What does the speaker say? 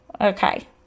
Okay